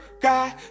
guy